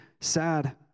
sad